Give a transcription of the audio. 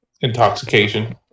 intoxication